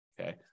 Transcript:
Okay